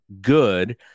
good